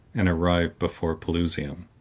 and arrived before pelusium.